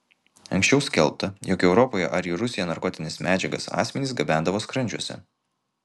anksčiau skelbta jog europoje ar į rusiją narkotines medžiagas asmenys gabendavo skrandžiuose